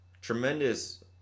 tremendous